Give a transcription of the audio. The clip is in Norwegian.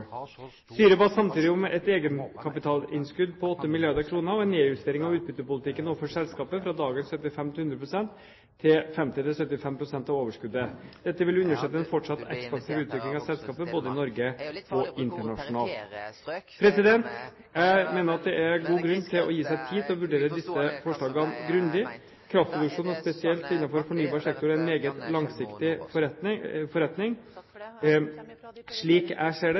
Styret ba samtidig om et egenkapitalinnskudd på 8 milliarder kr og en nedjustering av utbyttepolitikken overfor selskapet fra dagens 75–100 pst. til 50–75 pst. av overskuddet. Dette vil understøtte en fortsatt ekspansiv utvikling av selskapet, både i Norge og internasjonalt. Jeg mener at det er god grunn til å gi seg tid til å vurdere disse forslagene grundig. Kraftproduksjon, spesielt innenfor fornybar sektor, er meget langsiktig forretning. Slik jeg ser det,